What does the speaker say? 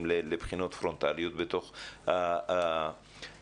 לבחינות פרונטליות בתוך האוניברסיטאות,